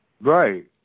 Right